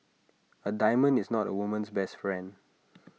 A diamond is not A woman's best friend